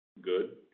good